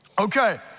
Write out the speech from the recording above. Okay